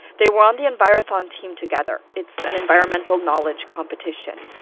they were on the envirothon team together it's an environmental knowledge competition.